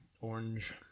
orange